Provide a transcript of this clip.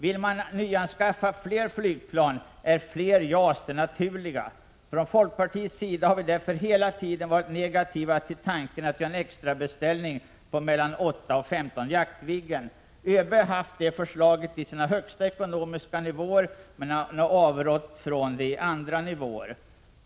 Vill man nyanskaffa fler flygplan, är fler JAS det naturliga. Från folkpartiets sida har vi därför hela tiden varit negativa till tanken att göra en extrabeställning på mellan 8 och 15 Jaktviggen. ÖB har framfört detta förslag på sina högsta ekonomiska nivåer, medan han har avrått från det på andra nivåer.